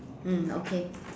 mm okay